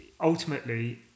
ultimately